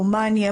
רומניה,